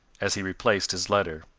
as he replaced his letter.